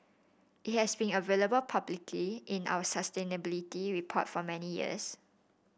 it has been available publicly in our sustainability report for many years